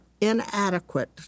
inadequate